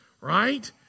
right